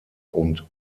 und